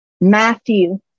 Matthew